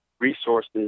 resources